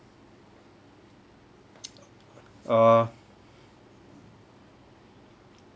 oh